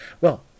Well